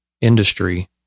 industry